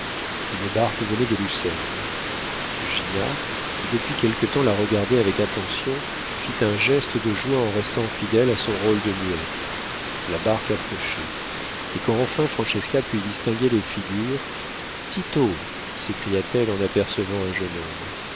une barque venait de lucerne gina qui depuis quelque temps la regardait avec attention fit un geste de joie en restant fidèle à son rôle de muette la barque approchait et quand enfin francesca put y distinguer les figures tito s'écria-t-elle en apercevant un jeune homme